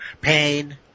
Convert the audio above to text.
pain